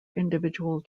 individual